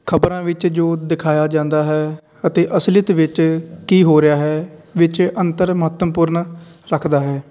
ਖ਼ਬਰਾਂ ਵਿੱਚ ਜੋ ਦਿਖਾਇਆ ਜਾਂਦਾ ਹੈ ਅਤੇ ਅਸਲੀਅਤ ਵਿੱਚ ਕੀ ਹੋ ਰਿਹਾ ਹੈ ਵਿੱਚ ਅੰਤਰ ਮਹੱਤਵਪੂਰਨ ਰੱਖਦਾ ਹੈ